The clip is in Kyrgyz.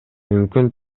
мүмкүн